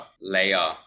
layer